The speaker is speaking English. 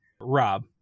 Rob